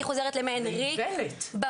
היא חוזרת למעין ריק בבית,